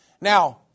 Now